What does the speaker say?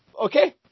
Okay